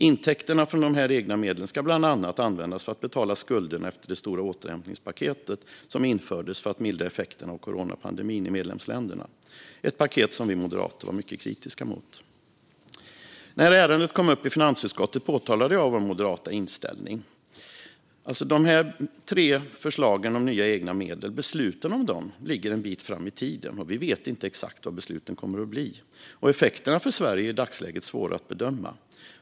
Intäkterna från de nya egna medlen ska bland annat användas för att betala skulderna efter det stora återhämtningspaket som infördes för att mildra effekterna av coronapandemin i medlemsländerna, ett paket som vi moderater var mycket kritiska emot. När ärendet kom upp i finansutskottet påpekade jag vår moderata inställning. Beslut om de tre förslagen till nya egna medel ligger en bit fram i tiden. Vi vet inte exakt vad besluten kommer att bli, och effekterna för Sverige är i dagsläget svåra att bedöma.